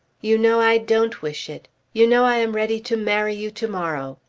you know i don't wish it. you know i am ready to marry you to-morrow.